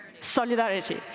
Solidarity